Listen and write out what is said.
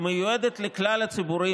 נגד אלון שוסטר,